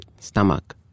stomach